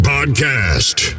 Podcast